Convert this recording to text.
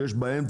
ויש גם באמצע.